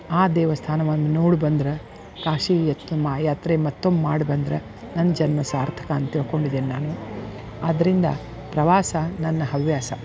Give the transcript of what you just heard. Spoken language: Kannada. ಆ ದೇವಸ್ಥಾನವನ್ನು ನೋಡಿ ಬಂದ್ರೆ ಕಾಶಿ ಮಹಾ ಯಾತ್ರೆ ಮತ್ತೊಮ್ಮೆ ಮಾಡ್ಬಂದ್ರೆ ನನ್ನ ಜನ್ಮ ಸಾರ್ಥಕ ಅಂತ ತಿಳ್ಕೊಂಡಿದೇನೆ ನಾನು ಆದ್ದರಿಂದ ಪ್ರವಾಸ ನನ್ನ ಹವ್ಯಾಸ